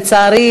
לצערי,